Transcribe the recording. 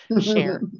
Share